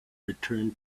return